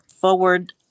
forward